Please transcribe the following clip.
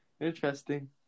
interesting